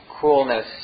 coolness